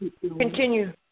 Continue